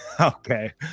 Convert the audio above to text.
Okay